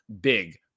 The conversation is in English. big